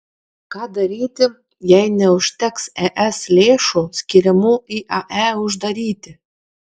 ką daryti jei neužteks es lėšų skiriamų iae uždaryti